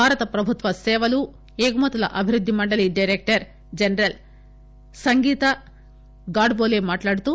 భారత ప్రభుత్వ సేవలు ఎగుమతుల అభివృద్ధి మండలీ డైరెక్టర్ జనరల్ సంగీతా గాడ్బోలే మాట్లాడుతూ